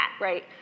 right